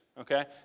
Okay